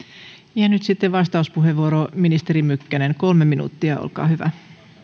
ja nyt sitten vastauspuheenvuoro ministeri mykkänen kolme minuuttia olkaa hyvä